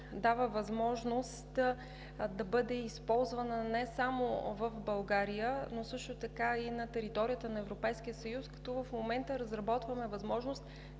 дава възможност да бъде използвана не само в България, но също така и на територията на Европейския съюз, като в момента разработваме възможността